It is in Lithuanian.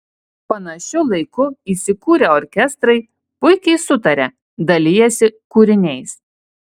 panašiu laiku įsikūrę orkestrai puikiai sutaria dalijasi kūriniais